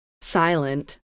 silent